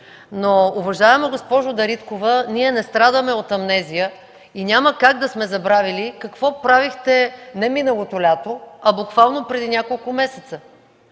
но, уважаема госпожо Дариткова, ние не страдаме от амнезия и няма как да сме забравили какво правихте не миналото лято, но преди няколко месеца.